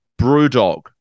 Brewdog